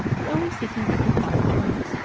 but always seeking after fine joints,